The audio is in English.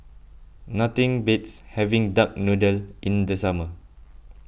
nothing beats having Duck Noodle in the summer